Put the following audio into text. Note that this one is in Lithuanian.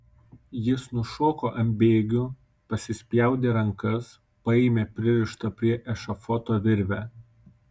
jis nušoko ant bėgių pasispjaudė rankas paėmė pririštą prie ešafoto virvę